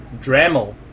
Dremel